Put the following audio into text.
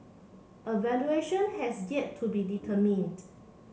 a valuation has yet to be determined